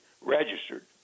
registered